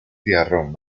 tiarrón